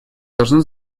должно